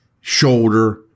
shoulder